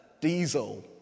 diesel